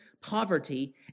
poverty